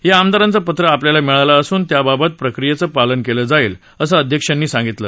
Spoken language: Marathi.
या आमदारांचं पत्र आपल्याला मिळालं असून त्याबाबत प्रक्रियाचं पालन कालं जाईल असं अध्यक्षांनी सांगितलं